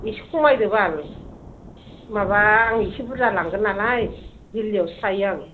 एसे खमायदोबाल माबा आं एसे बुरजा लांगोन नालाय दिल्लीआवसो थायो आं